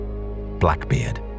Blackbeard